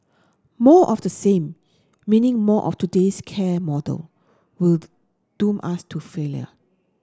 more of the same meaning more of today's care model will doom us to failure